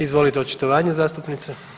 Izvolite očitovanje zastupnice.